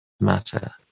matter